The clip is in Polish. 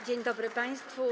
Dzień dobry państwu.